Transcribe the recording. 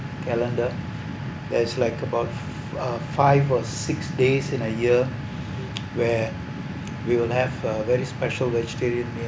calendar there is like about uh five or six days in a year where we will have a very special vegetarian meals